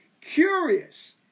curious